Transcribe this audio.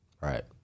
Right